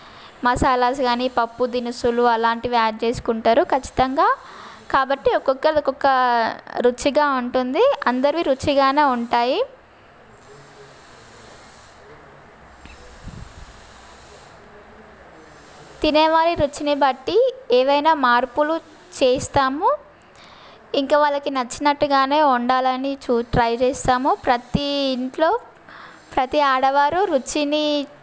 మసాలాస్ కానీ పప్పు దినుసులు అలాంటివి యాడ్ చేసుకుంటారు ఖచ్చితంగా కాబట్టి ఒక్కొక్కరు ఒక్కొక్క రుచిగా ఉంటుంది అందరూ రుచిగానే ఉంటాయి తినేవారి రుచిని బట్టి ఏవైనా మార్పులు చేస్తాము ఇంకా వాళ్ళకి నచ్చినట్టుగానే వండాలని చూ ట్రై చేస్తాము ప్రతీ ఇంట్లో ప్రతీ ఆడవారు రుచిని